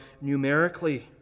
numerically